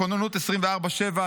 בכוננות 24/7,